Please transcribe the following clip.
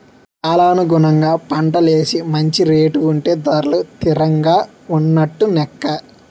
కాలానుగుణంగా పంటలేసి మంచి రేటు ఉంటే ధరలు తిరంగా ఉన్నట్టు నెక్క